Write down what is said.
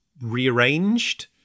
rearranged